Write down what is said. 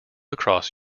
across